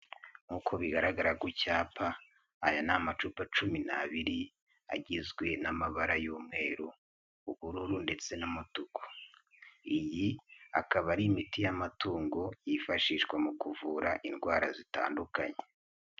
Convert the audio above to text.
Nk'uko bigaragara ku cyapa, aya ni amacupa cumi n'abiri, agizwe n'amabara y'umweru, ubururu ndetse n'umutuku. Iyi akaba ari imiti y'amatungo, yifashishwa mu kuvura indwara zitandukanye.